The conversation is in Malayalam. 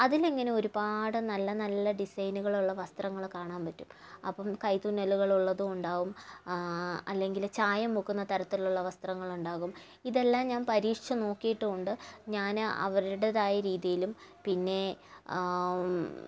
അതിലിങ്ങനെ ഒരുപാട് നല്ല നല്ല ഡിസൈനുകളുള്ള വസ്ത്രങ്ങള് കാണാൻ പറ്റും അപ്പം കൈത്തുന്നലുകലുള്ളതും ഉണ്ടാവും അല്ലെങ്കില് ചായം മുക്കുന്ന തരത്തിലുള്ള വസ്ത്രങ്ങളുണ്ടാവും ഇതെല്ലാം ഞാൻ പരീക്ഷിച്ചു നോക്കിയിട്ടുണ്ട് ഞാന് അവരുടേതായ രീതിയിലും പിന്നെ